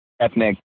ethnic